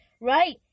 right